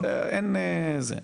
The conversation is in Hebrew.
אין זה.